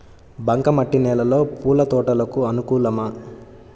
బంక మట్టి నేలలో పూల తోటలకు అనుకూలమా?